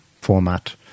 format